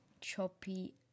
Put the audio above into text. choppy